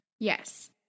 Yes